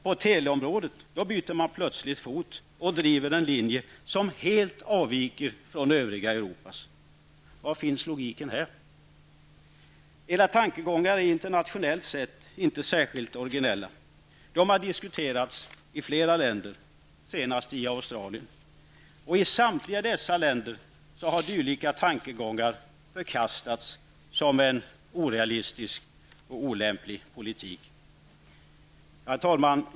På teleområdet byter man plötsligt fot och driver en linje som helt avviker från övriga Europas. Var finns logiken? Era tankegångar är internationellt sett inte särskilt originella. De har diskuterats i flera länder, senast i Australien. I samtliga dessa länder har dylika tankegångar förkastats som en orealistisk och olämplig politik. Herr talman!